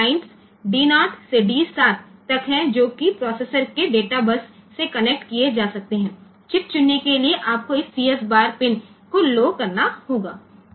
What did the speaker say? તેથી D0 થી D7 line કે જે પ્રોસેસર ના ડેટા બેઝ સાથે કનેક્ટ કરી શકાય છે તે પસંદ કરવા માટે આપણે આ CS બાર પિન ને લો કરવાની છે